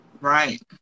right